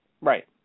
Right